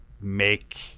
Make